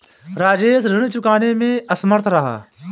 राजेश ऋण चुकाने में असमर्थ रहा